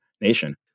nation